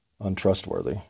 untrustworthy